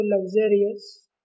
luxurious